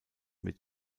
mit